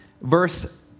Verse